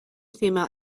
female